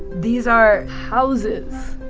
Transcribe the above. these are, houses!